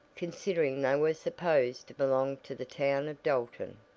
considering they were supposed to belong to the town of dalton.